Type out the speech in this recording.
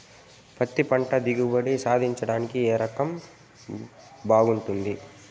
పత్తి పంట దిగుబడి సాధించడానికి ఏ రకం బాగుంటుంది?